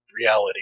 reality